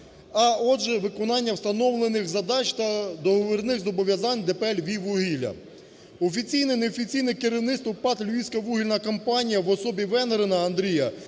а отже виконання встановлених задач та договірних зобов'язань ДП "Львіввугілля". Офіційне, не офіційне керівництво ПАТ "Львівська вугільна компанія" в особі Венгрина Андрія